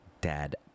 Dad